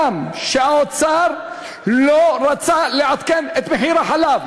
שהאוצר לא רצה לעדכן את מחיר החלב.